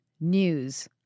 news